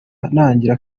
ntagira